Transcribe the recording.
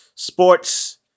sports